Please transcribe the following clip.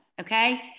okay